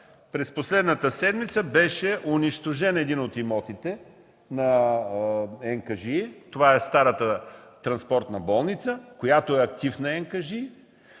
през последната седмица беше унищожен един от имотите на НКЖИ – това е старата транспортна болница, която е актив на НКЖИ.